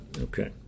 okay